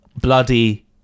bloody